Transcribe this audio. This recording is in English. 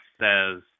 says